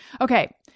Okay